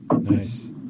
Nice